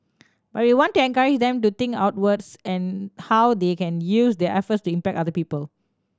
but we want to encourage them to think outwards and how they can use their efforts to impact other people